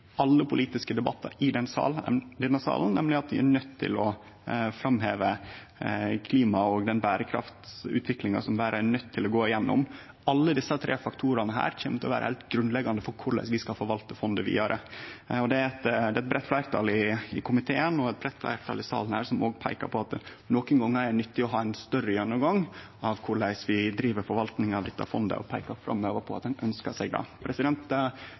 alle politiske debatter i denne salen, nemleg at vi er nøydde til å framheve klimaet og den berekraftsutviklinga som verda er nøydd til å gå igjennom. Alle desse tre faktorane kjem til å vere heilt grunnleggjande for korleis vi skal forvalte fondet vidare. Det er eit breitt fleirtal i komiteen og eit breitt fleirtal i salen her som peiker på at det nokre gonger er nyttig å ha ein større gjennomgang av korleis vi driv forvaltninga av dette fondet, og peiker framover på at ein ønskjer seg